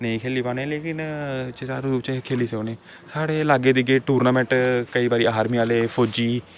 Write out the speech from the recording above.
नेईं खेली पान्ने लेकिन सुचारू रूप च सकने साढ़े लागै केईं बारी टूर्नामेंट केईं बारी आर्मी आह्ले फौजी